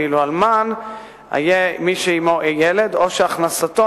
ואילו אלמן יהיה מי שיש עמו ילד או שהכנסתו